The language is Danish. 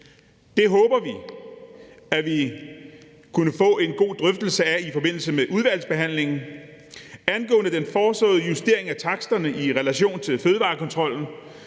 Det håber vi at vi kan få en god drøftelse af i forbindelse med udvalgsbehandlingen. Angående den foreslåede justering af taksterne i relation til fødevarekontrollen